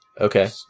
okay